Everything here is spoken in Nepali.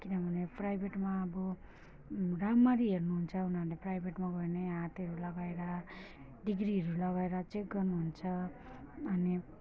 किनभने प्राइभेटमा अब राम्ररी हेर्नुहुन्छ उनीहरूले प्राइभेटमा गयो भने हातहरू लगाएर डिग्रीहरू लगाएर चेक गर्नुहुन्छ अनि